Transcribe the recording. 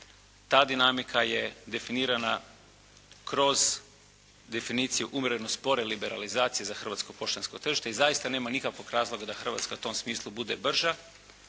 ta dinamika je definirana kroz definiciju umjereno spore liberalizacije za hrvatsko poštansko tržište i zaista nema nikakvog razloga da Hrvatska u tom smislu bude brža,